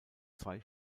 zwei